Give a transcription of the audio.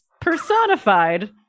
personified